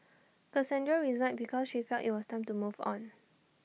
Cassandra resigned because she felt IT was time to move on